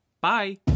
bye